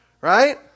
Right